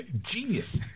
Genius